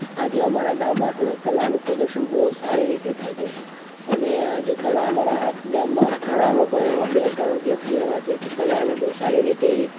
આજે અમારા ગામમાં છે ને કલાનું પ્રદશન બહુ સારી રીતે થાય છે અને આજે કલા અમારા ગામમાં ઘણા લોકો એવા બે ત્રણ વ્યક્તિઓ એવા છે કે કલાને બહુ સારી રીતે